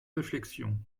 réflexion